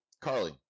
Carly